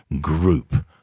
group